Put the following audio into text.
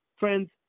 Friends